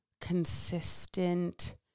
consistent